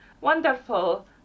Wonderful